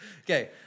Okay